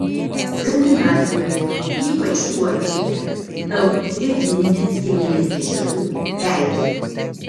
skandinavijoje ypač suomijoje daug ledyninės kilmės ežerų pelkių